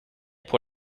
pour